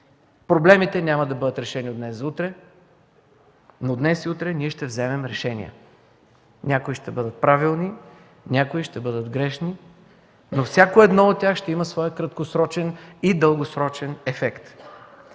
Проблемите няма да бъдат решени от днес за утре, но днес и утре ние ще вземем решения – някои ще бъдат правилни, някои ще бъдат грешни, но всяко едно от тях ще има своя краткосрочен и дългосрочен ефект.